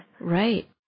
Right